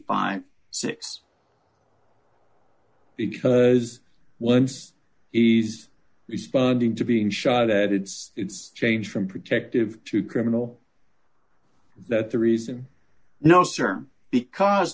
fifty six because once he's responding to being shot at it's its change from protective to criminal that the reason no sir because